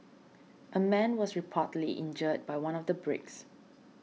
a man was reportedly injured by one of the bricks